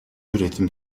üretim